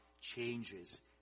changes